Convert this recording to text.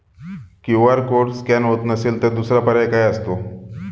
QR code scan होत नसेल तर दुसरा पर्याय काय असतो?